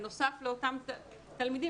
בנוסף לאותם תלמידים,